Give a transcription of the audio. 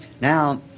Now